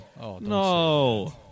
No